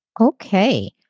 Okay